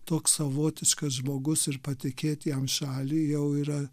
toks savotiškas žmogus ir patikėti jam šalį jau yra